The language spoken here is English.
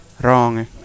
wrong